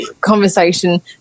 conversation